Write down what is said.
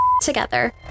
together